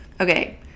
Okay